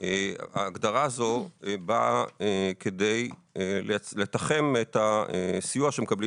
ההגדרה הזו באה כדי לתחם את הסיוע שמקבלים